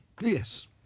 Yes